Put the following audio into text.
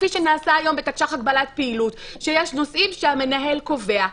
כפי שנעשה היום בתקש"ח הגבלת פעילות שיש נושאים שהמנהל קובע.